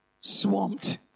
swamped